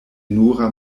nura